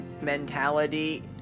mentality